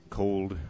cold